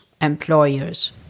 employers